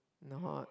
not